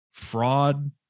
Fraud